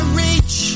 reach